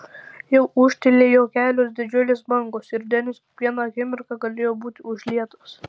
jau ūžtelėjo kelios didžiulės bangos ir denis kiekvieną akimirką galėjo būti užlietas